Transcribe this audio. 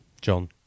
John